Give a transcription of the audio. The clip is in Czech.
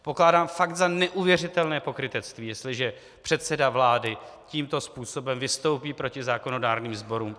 Pokládám fakt za neuvěřitelné pokrytectví, jestliže předseda vlády tímto způsobem vystoupí proti zákonodárným sborům.